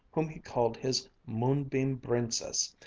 whom he called his moonbeam brincess,